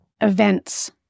events